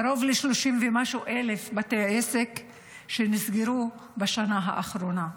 קרוב ל-30,000 ומשהו בתי עסק שנסגרו בשנה האחרונה.